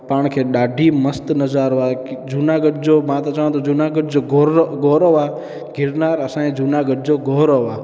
पाण खे ॾाढी मस्तु नज़ारो आहे जूनागढ़ जो मां त चवां थो जूनागढ़ जो गुर गौरव आहे गिरनार असांजे जूनागढ़ जो गौरव आहे